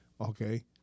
Okay